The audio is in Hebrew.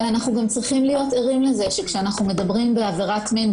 אבל אנחנו גם צריכים להיות ערים לזה שכשאנחנו מדברים על עבירה מין,